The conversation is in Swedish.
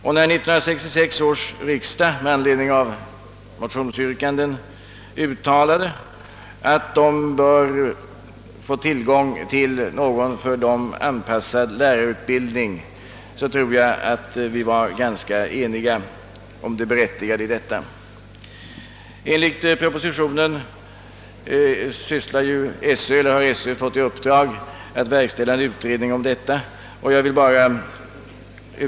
När 1966 års riksdag med anledning av motionsyrkanden uttalade att de borde få tillgång till någon för dem anpassad lärarutbildning tror jag att vi var ganska eniga om det berättigade häri. Enligt propositionen har Sö fått i uppdrag att verkställa en utredning av denna fråga.